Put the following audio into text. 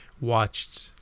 watched